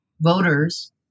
voters